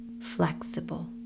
flexible